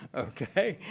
okay?